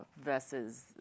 versus